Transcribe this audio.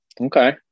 okay